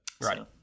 Right